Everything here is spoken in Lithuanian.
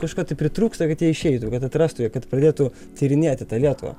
kažko tai pritrūksta kad jie išeitų kad atrastų jie kad pradėtų tyrinėti tą lietuvą